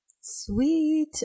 Sweet